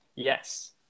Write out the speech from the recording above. yes